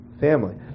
family